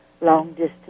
long-distance